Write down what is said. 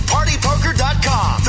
PartyPoker.com